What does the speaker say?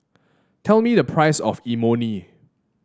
tell me the price of Imoni